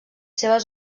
seves